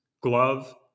GLOVE